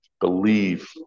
Believe